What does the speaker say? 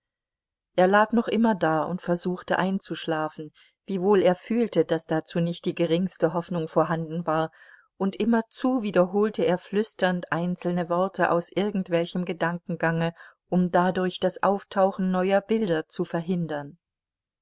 er lag noch immer da und versuchte einzuschlafen wiewohl er fühlte daß dazu nicht die geringste hoffnung vorhanden war und immerzu wiederholte er flüsternd einzelne worte aus irgendwelchem gedankengange um dadurch das auftauchen neuer bilder zu verhindern